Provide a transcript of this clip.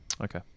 okay